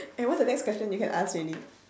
eh what's the next question you can ask already